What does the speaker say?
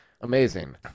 Amazing